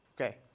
Okay